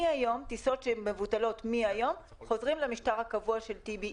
טיסות שמבוטלות מהיום חוזרות למשטר הקבוע של טיבי,